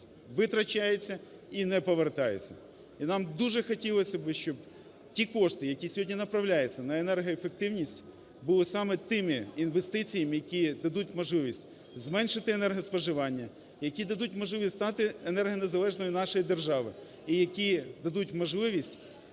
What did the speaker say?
витрачаються і не повертаються. І нам дуже хотілось би, щоби ті кошти, які сьогодні направляються на енергоефективність, були саме тими інвестиціями, які дадуть можливість зменшити енергоспоживання, які дадуть можливість стати енергонезалежною нашій державі і які дадуть можливість